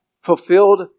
fulfilled